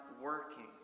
working